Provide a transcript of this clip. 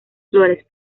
flores